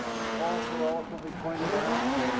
as paul so eloquently pointed out,